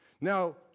Now